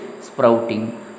sprouting